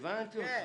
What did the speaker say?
הבנתי אותך.